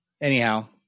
Anyhow